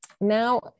now